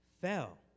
fell